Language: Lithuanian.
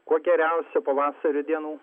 kuo geriausių pavasario dienų